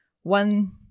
one